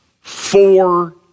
four